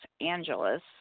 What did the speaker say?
Angeles